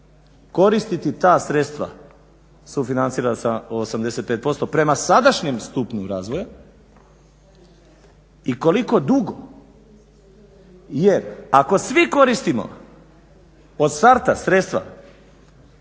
koristiti ta sredstva sufinancirana sa 85% prema sadašnjem stupnju razvoja i koliko dugo jer ako svi koristimo od starta sredstva